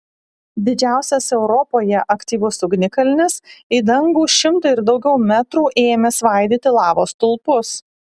didžiausias europoje aktyvus ugnikalnis į dangų šimtą ir daugiau metrų ėmė svaidyti lavos stulpus